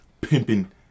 pimping